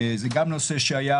זה גם נושא שהיה,